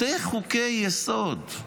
שני חוקי-יסוד.